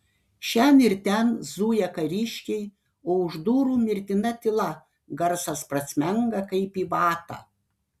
šen ir ten zuja kariškiai o už durų mirtina tyla garsas prasmenga kaip į vatą